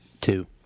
Two